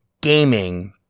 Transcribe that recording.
gaming